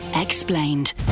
Explained